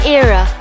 era